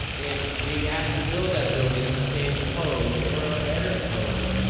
and being asked to build that building at the same code or a better code,